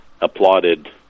applauded